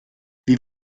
wie